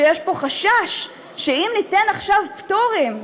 שיש פה חשש שאם ניתן עכשיו פטורים,